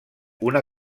una